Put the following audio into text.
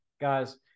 Guys